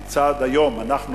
כיצד היום אנחנו,